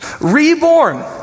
Reborn